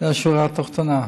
זו השורה התחתונה.